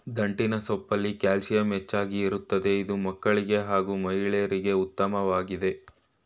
ದಂಟಿನ ಸೊಪ್ಪಲ್ಲಿ ಕ್ಯಾಲ್ಸಿಯಂ ಹೆಚ್ಚಾಗಿ ಇರ್ತದೆ ಇದು ಮಕ್ಕಳಿಗೆ ಹಾಗೂ ಮಹಿಳೆಯರಿಗೆ ಉತ್ಮವಾಗಯ್ತೆ